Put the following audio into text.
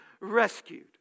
rescued